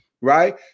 right